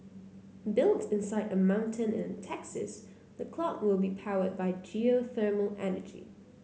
built inside a mountain in Texas the clock will be powered by geothermal energy